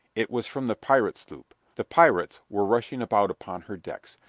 it was from the pirate sloop. the pirates were rushing about upon her decks.